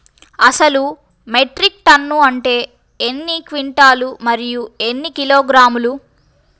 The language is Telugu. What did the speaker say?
అసలు మెట్రిక్ టన్ను అంటే ఎన్ని క్వింటాలు మరియు ఎన్ని కిలోగ్రాములు?